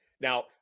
Now